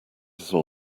saw